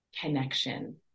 connection